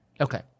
Okay